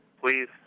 Please